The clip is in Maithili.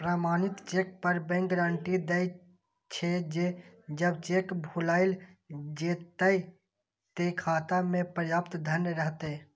प्रमाणित चेक पर बैंक गारंटी दै छे, जे जब चेक भुनाएल जेतै, ते खाता मे पर्याप्त धन रहतै